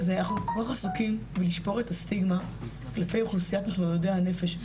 אנחנו פחות עסוקים מלשבור את הסטיגמה כלפי אוכלוסיית מתמודדי הנפש.